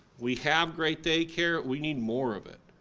we have great daycare, we need more of it.